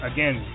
Again